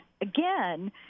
again